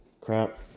crap